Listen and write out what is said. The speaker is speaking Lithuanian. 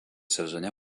sezone